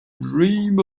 dream